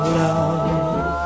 love